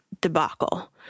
debacle